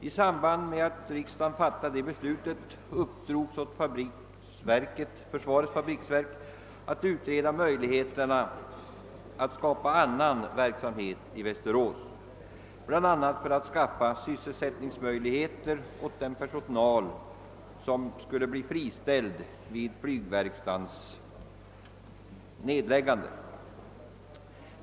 I samband med att riksdagen fattade det beslutet uppdrogs åt försvarets fabriksverk att utreda möjligheterna att skapa annan verksamhet i Västerås, bl.a. för att skaffa sysselsättning åt den personal som skulle bli friställd vid flygverkstadens nedläggande.